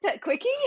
quickie